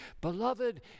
Beloved